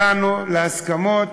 הגענו להסכמות